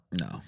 No